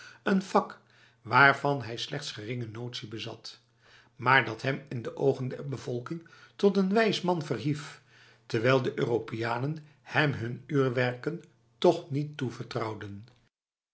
een vak waarvan hij slechts geringe notie bezat maar dat hem in de ogen der bevolking tot een wijs man verhief terwijl de europeanen hem hun uurwerken toch niet toevertrouwden